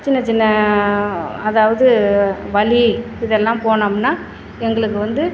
சின்ன சின்ன அதாவது வலி இதெல்லாம் போனோம்னால் எங்களுக்கு வந்து